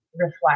reflect